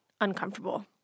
uncomfortable